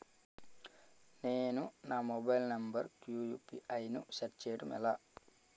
నేను నా mobile number కుయు.పి.ఐ ను సెట్ చేయడం ఎలా?